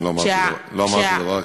לא אמרתי דבר כזה.